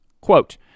Quote